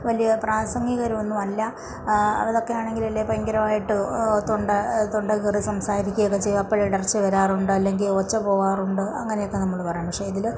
വലിയ പ്രാസംഗികരും ഒന്നും അല്ല അവരൊക്കെ ആണെങ്കിൽ അല്ലെങ്കിൽ ഭയങ്കരമായിട്ട് തൊണ്ട തൊണ്ട കീറി സംസാരിക്കുക ഒക്കെ ചെയ്യും അപ്പം ഇടർച്ച വരാറുണ്ട് അല്ലെങ്കിൽ ഒച്ച പോവാറുണ്ട് അങ്ങനെയൊക്കെ നമ്മൾ പറയും പക്ഷേ ഇതിൽ